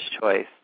choice